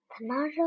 tomorrow